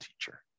teacher